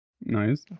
Nice